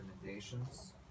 recommendations